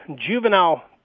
Juvenile